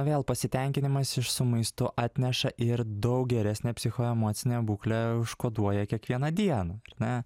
vėl pasitenkinimas iš su maistu atneša ir daug geresnę psichoemocinę būklę užkoduoja kiekvieną dieną ar ne